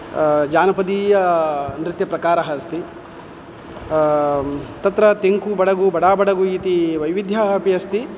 जानपदीयनृत्यप्रकारः अस्ति तत्र तेङ्कु बडगु बडाबडगु इति वैविध्यः अपि अस्ति